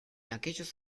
aquellos